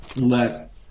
let